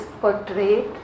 portrayed